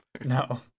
No